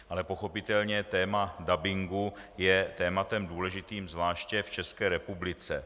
Ale pochopitelně téma dabingu je tématem důležitým zvláště v České republice.